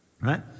right